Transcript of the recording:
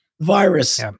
virus